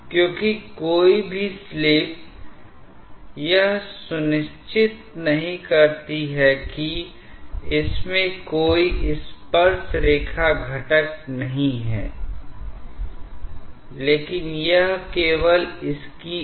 तो इस को ध्यान में रखते हुए हम स्पष्ट रूप से देख सकते हैं कि अगर यह एक आदर्श मामला है तो यह 1 के बराबर होगा